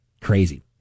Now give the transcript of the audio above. crazy